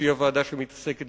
שהיא הוועדה שעוסקת